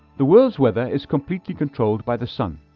the world's weather is completely controlled by the sun.